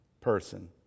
person